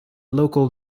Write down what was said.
local